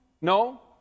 No